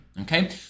Okay